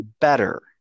better